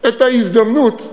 ואת ההזדמנות,